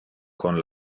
con